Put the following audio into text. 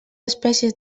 espècies